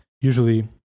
usually